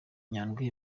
nyandwi